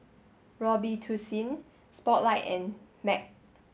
Robitussin Spotlight and MAG